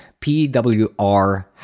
PWR